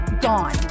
gone